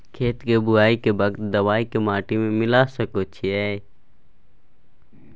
खेत के बुआई के वक्त दबाय के माटी में मिलाय सके छिये?